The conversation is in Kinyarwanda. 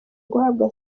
guhabwa